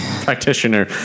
practitioner